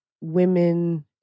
women